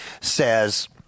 says